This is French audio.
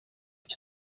qui